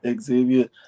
Xavier